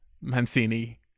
Mancini